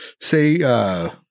say